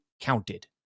counted